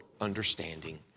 understanding